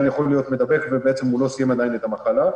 יכול להיות מדבק והוא לא סיים עדין את המחלה.